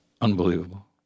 Unbelievable